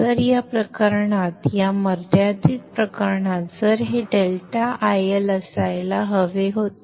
तर या प्रकरणात या मर्यादित प्रकरणात जर हे डेल्टा IL असायला हवे होते